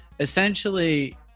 essentially